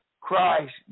Christ